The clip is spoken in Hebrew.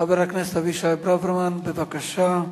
חבר הכנסת אבישי ברוורמן, בבקשה.